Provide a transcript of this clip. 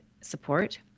support